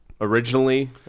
originally